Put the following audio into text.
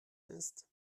ist